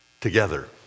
together